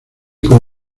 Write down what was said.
como